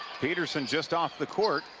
petersen just off the court.